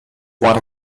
what